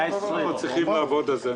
אנחנו צריכים לעבוד על זה.